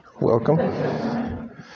Welcome